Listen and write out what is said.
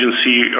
agency